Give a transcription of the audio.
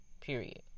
Period